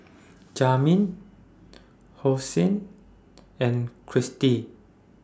Jamey Hosea and Christy